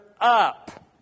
up